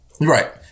Right